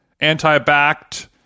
anti-backed